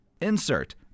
Insert